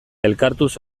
elkartuz